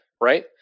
right